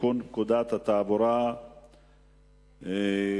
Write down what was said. לתיקון פקודת התעבורה (הגדרת שיכור)